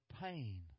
pain